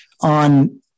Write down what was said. on